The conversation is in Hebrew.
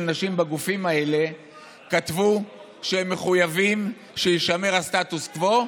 נשים בגופים האלה כתבו שהם מחויבים שיישמר הסטטוס קוו,